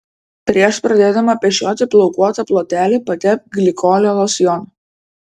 prieš pradėdama pešioti plaukuotą plotelį patepk glikolio losjonu